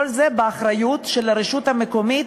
כל זה באחריות הרשות המקומית,